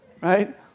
right